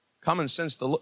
common-sense